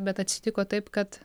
bet atsitiko taip kad